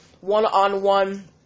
one-on-one